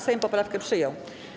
Sejm poprawkę przyjął.